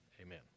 amen